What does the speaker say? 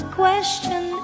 question